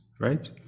right